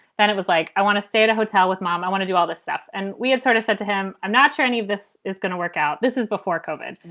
then it was like, i want to stay at a hotel with mom. i want to do all this stuff. and we had sort of said to him, i'm not sure any of this is going to work out. this is before koven.